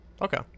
Okay